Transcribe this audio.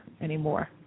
anymore